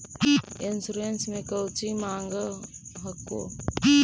Insurance मे कौची माँग हको?